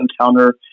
encounter